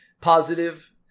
positive